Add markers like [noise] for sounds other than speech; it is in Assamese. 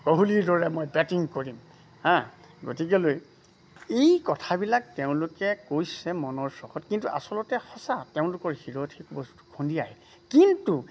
কোহলীৰ দৰে মই বেটিং কৰিম হা গতিকেলৈ এই কথাবিলাক তেওঁলোকে কৈছে মনৰ চখত কিন্তু আচলতে সঁচা তেওঁলোকৰ [unintelligible] সেই বস্তু [unintelligible] কিন্তু